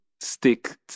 stick